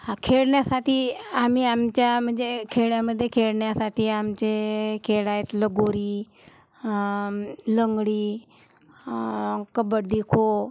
हा खेळण्यासाठी आम्ही आमच्या म्हणजे खेड्यामध्ये खेळण्यासाठी आमचे खेळ आहेत लगोरी लंगडी कबड्डी खो